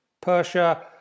Persia